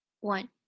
one